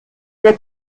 der